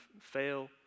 fail